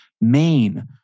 Maine